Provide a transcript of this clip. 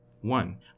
One